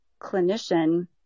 clinician